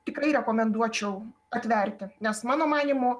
tikrai rekomenduočiau atverti nes mano manymu